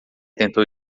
tentou